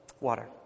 water